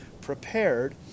prepared